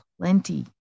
plenty